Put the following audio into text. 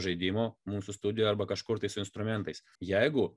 žaidimo mūsų studija arba kažkur tai su instrumentais jeigu